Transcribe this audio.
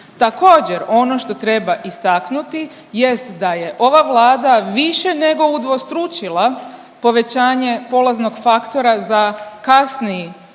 Također, ono što treba istaknuti jest da je ova Vlada više nego udvostručila povećanje polaznog faktora za kasniji